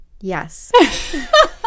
Yes